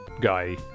guy